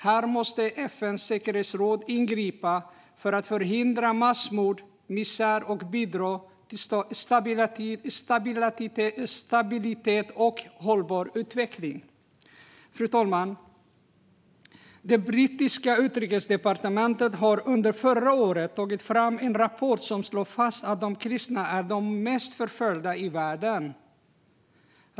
Här måste FN:s säkerhetsråd ingripa för att förhindra massmord och misär och bidra till stabilitet och hållbar utveckling. Fru talman! Det brittiska utrikesdepartementet tog under förra året fram en rapport som slår fast att de kristna är de mest förföljda i världen.